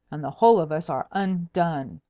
and the whole of us are undone.